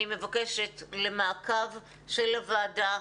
אני מבקשת למעקב של הוועדה,